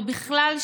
ובכלל,